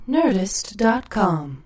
Nerdist.com